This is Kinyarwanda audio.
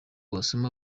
wasoma